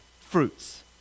fruits